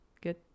Good